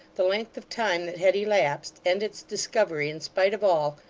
the length of time that had elapsed, and its discovery in spite of all,